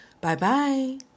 Bye-bye